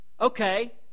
Okay